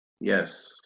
Yes